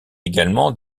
également